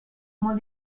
molt